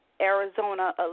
Arizona